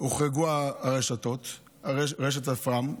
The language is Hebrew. הוחרגו רשתות הפארם.